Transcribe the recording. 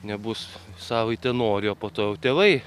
nebus savaitę nori o po to jau tėvai